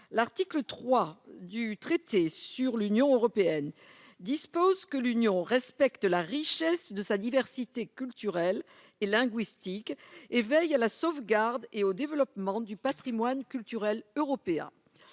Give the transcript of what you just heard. l'article 3 du traité sur l'Union européenne dispose que l'Union respecte la richesse de sa diversité culturelle et linguistique, et veille à la sauvegarde et au développement du Patrimoine culturel européen,